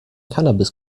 cannabis